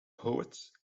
poet